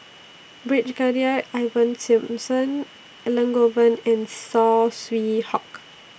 Brigadier Ivan Simson Elangovan and Saw Swee Hock